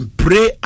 pray